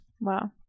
Wow